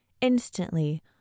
instantly